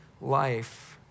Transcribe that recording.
life